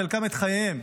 חלקם את חייהם,